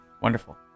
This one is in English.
wonderful